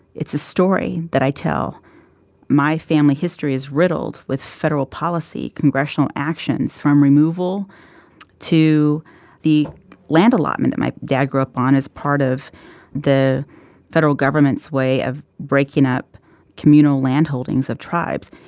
it's a story that i tell my family history is riddled with federal policy, congressional actions, from removal to the land allotment that my dad grew up on as part of the federal government's way of breaking up communal landholdings of tribes.